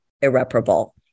irreparable